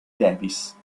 davis